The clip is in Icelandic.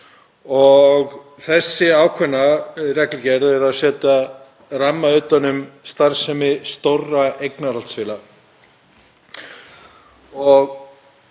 og þessi ákveðna reglugerð setur ramma utan um starfsemi stórra eignarhaldsfélaga.